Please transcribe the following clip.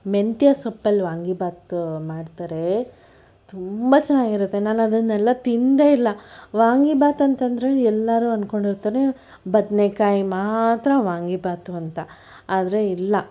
ಮೆಂತ್ಯೆ ಸೊಪ್ಪಲ್ಲಿ ವಾಂಗಿಬಾತ್ ಮಾಡ್ತಾರೆ ತುಂಬ ಚೆನ್ನಾಗಿರುತ್ತೆ ನಾನದನ್ನೆಲ್ಲ ತಿಂದೇಯಿಲ್ಲ ವಾಂಗಿಬಾತ್ ಅಂತಂದರೆ ಎಲ್ಲರೂ ಅಂದ್ಕೊಂಡಿರ್ತಾರೆ ಬದನೇಕಾಯಿ ಮಾತ್ರ ವಾಂಗಿಬಾತು ಅಂತ ಆದರೆ ಇಲ್ಲ